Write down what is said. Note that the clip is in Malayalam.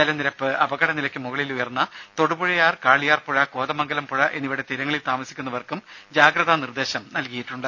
ജലനിരപ്പ് അപകട നിലക്ക് മുകളിൽ ഉയർന്ന തൊടുപുഴയാർ കാളിയാർ പുഴ കോതമംഗലം പുഴ എന്നിവയുടെ തീരങ്ങളിൽ താമസിക്കുന്നവർക്കും ജാഗ്രത നിർദേശം നൽകിയിട്ടുണ്ട്